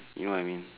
you know I mean